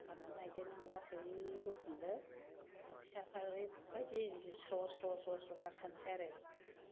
बोखारनानै लायदो नों लासै बोखांदो बोथियाफ्रा ओरैबायदि जि स्र स्र स्र गाखोनसै आरो